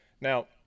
Now